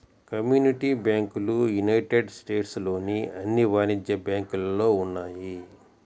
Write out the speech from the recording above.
community బ్యాంకులు United States లోని అన్ని వాణిజ్య బ్యాంకులలో ఉన్నాయి